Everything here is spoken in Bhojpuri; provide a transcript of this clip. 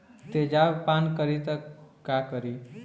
तेजाब पान करी त का करी?